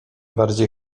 bardziej